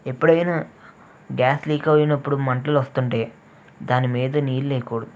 ఎప్పుడైనా gas leak అయినప్పుడు మంటలు వస్తుంటే దాని మీద నీళ్ళు వెయ్యకుడదు